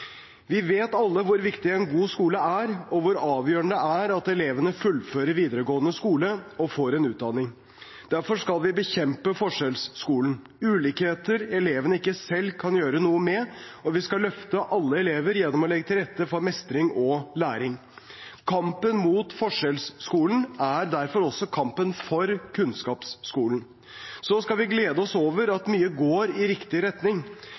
Vi vet alle hvor viktig en god skole er, og hvor avgjørende det er at elevene fullfører videregående skole og får en utdanning. Derfor skal vi bekjempe forskjellsskolen – ulikheter elevene ikke selv kan gjøre noe med – og vi skal løfte alle elever, gjennom å legge til rette for mestring og læring. Kampen mot forskjellsskolen er derfor også kampen for kunnskapsskolen. Så skal vi glede oss over at mye nå går i riktig retning: